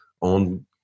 on